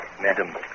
madam